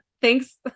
thanks